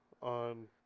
on